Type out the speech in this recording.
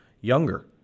younger